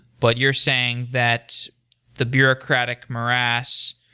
but you're saying that the bureaucratic morass,